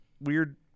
weird